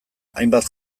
hainbat